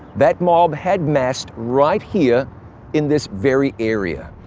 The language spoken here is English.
that mob had massed right here in this very area.